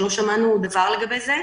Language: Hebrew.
לא שמענו דבר לגבי זה.